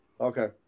Okay